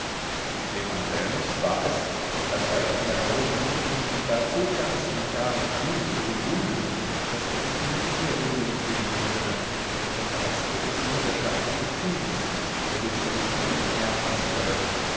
dem anselmus war es als sei er von der holden lieblichen gestalt so ganz und gar umschlungen und umwunden daß er sich nur mit ihr regen und bewegen könne und als sei es nur der schlag ihres pulses der durch seine fibern und nerven zittere